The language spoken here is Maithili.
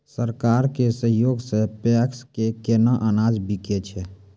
सरकार के सहयोग सऽ पैक्स मे केना अनाज बिकै छै?